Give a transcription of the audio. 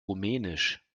rumänisch